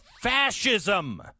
fascism